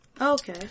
Okay